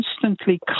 constantly